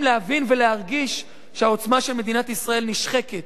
להבין ולהרגיש שהעוצמה של מדינת ישראל נשחקת,